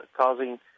causing